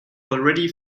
already